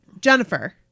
Jennifer